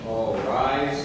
all right